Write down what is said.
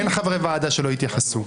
אין חברי ועדה שלא התייחסו.